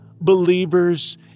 believers